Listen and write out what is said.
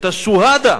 את השוהדא,